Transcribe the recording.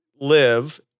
live